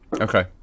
okay